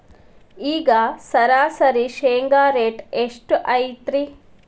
ಈಗ ಸರಾಸರಿ ಶೇಂಗಾ ರೇಟ್ ಎಷ್ಟು ಐತ್ರಿ?